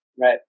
Right